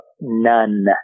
None